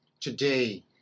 today